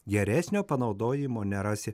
geresnio panaudojimo nerasi